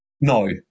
No